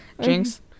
Jinx